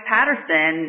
Patterson